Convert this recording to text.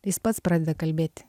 jis pats pradeda kalbėti